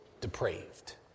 depraved